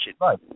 Right